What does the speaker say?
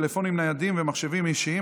טלפונים ניידים ומחשבים אישיים),